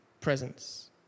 presence